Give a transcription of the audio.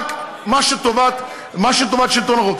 רק טובת שלטון החוק.